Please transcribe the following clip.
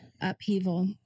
upheaval